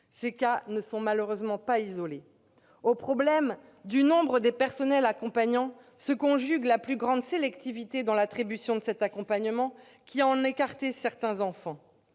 tel cas n'est malheureusement pas isolé. Au problème du nombre des personnels accompagnants se conjugue la plus grande sélectivité dans l'attribution de cet accompagnement, qui en écarte certains enfants